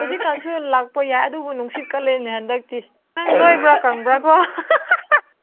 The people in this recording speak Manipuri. ꯍꯧꯖꯤꯛ ꯀꯥꯟꯁꯨ ꯂꯥꯛꯄ ꯌꯥꯏ ꯑꯗꯨꯕꯨ ꯅꯨꯡꯁꯤꯠ ꯀꯜꯂꯦꯅꯦ ꯍꯟꯗꯛꯇꯤ ꯅꯪ ꯅꯣꯏꯕ꯭ꯔꯥ ꯀꯪꯕ꯭ꯔꯀꯣ